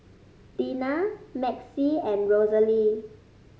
Dina Maxie and Rosalie